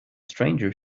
stranger